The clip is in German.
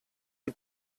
die